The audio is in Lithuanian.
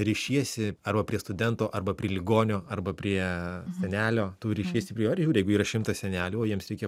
rišiesi arba prie studento arba prie ligonio arba prie senelio tu rišiesi prie jo ir žiūri jeigu yra šimtas senelių o jiems reikia